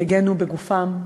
הגנו בגופם,